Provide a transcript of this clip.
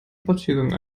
spaziergang